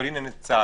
אבל הנה צה"ל.